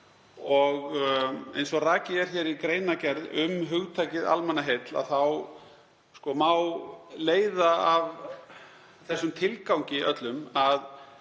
og eins og rakið er í greinargerð um hugtakið almannaheill má leiða af þessum tilgangi öllum að